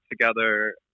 together